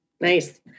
Nice